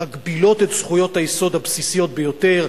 שמגבילות את זכויות היסוד הבסיסיות ביותר,